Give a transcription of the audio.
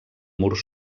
mur